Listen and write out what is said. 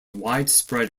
widespread